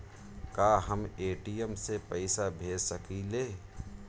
का हम ए.टी.एम से पइसा भेज सकी ले?